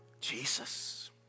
Jesus